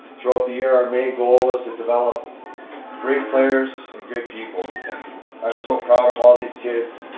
throughout the year our main goal is to develop great players and good people. i'm so kind of all these kids.